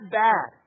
bad